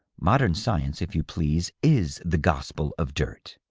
modern science, if you please, is the gospel of dirt.